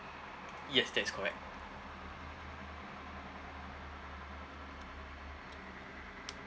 yes that is correct